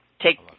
take